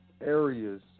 areas